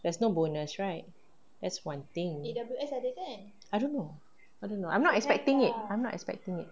there's no bonus right that's one thing I don't know I don't know I'm not expecting it I'm not expecting it